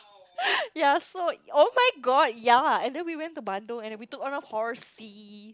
ya so oh-my-god ya and then we went to Bandung and we took on a horsey